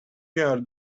you’ve